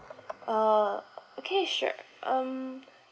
uh okay sure um